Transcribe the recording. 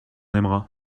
aimera